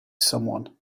someone